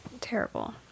terrible